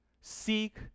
Seek